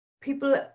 people